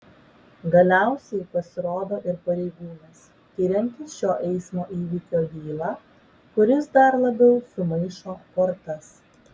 galiausiai pasirodo ir pareigūnas tiriantis šio eismo įvykio bylą kuris dar labiau sumaišo kortas